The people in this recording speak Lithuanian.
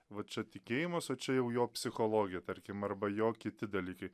va čia tikėjimas o čia jau jo psichologė tarkim arba jo kiti dalykai